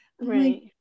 right